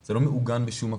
זה לא מעוגן בשום מקום.